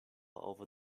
over